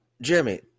Jeremy